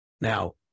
Now